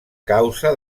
causa